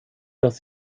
das